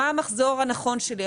מה המחזור הנכון שלי,